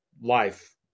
life